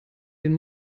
den